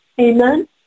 amen